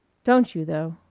don't you, though!